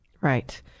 Right